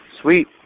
Sweet